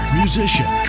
musician